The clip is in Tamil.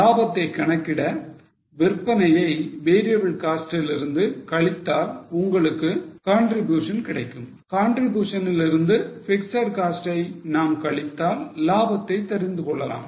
லாபத்தைக் கணக்கிட விற்பனையை variable cost லிருந்து கழித்தால் உங்களுக்கு contribution கிடைக்கும் Contribution லிருந்து பிக்ஸட் காஸ்ட் ஐ நாம் கழித்தால் லாபத்தை தெரிந்துகொள்ளலாம்